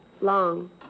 Long